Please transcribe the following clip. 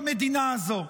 במדינה הזו.